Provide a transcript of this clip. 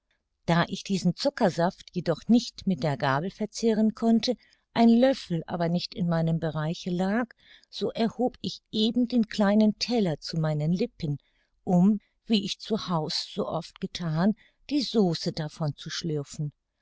da ich diesen zuckersaft jedoch nicht mit der gabel verzehren konnte ein löffel aber nicht in meinem bereiche lag so erhob ich eben den kleinen teller zu meinen lippen um wie ich zu haus so oft gethan die sauce davon zu schlürfen